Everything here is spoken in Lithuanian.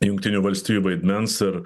jungtinių valstijų vaidmens ir